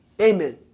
Amen